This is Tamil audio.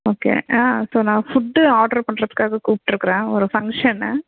ஓகே ஸோ நான் ஃபுட்டு ஆர்ட்ரு பண்ணுறதுக்காக கூப்பிட்டுருக்கறேன் ஒரு ஃபங்க்ஷன்னு